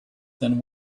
than